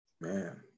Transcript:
man